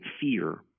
fear